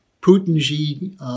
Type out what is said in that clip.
Putin-Xi